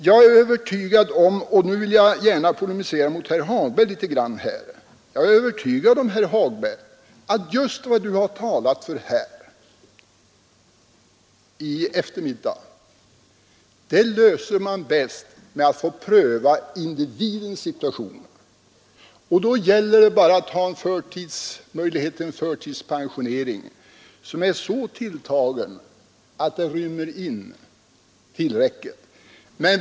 Jag är övertygad om — och nu vill jag gärna polemisera litet mot herr Hagberg — att just de problem som herr Hagberg talat om här i eftermiddag löser man bäst genom att pröva individens situation. Då gäller det bara att ha en möjlighet till förtidspensionering som är så tilltagen att den rymmer tillräckligt.